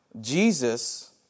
Jesus